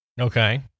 Okay